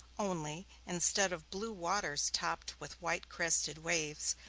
only, instead of blue waters topped with white-crested waves,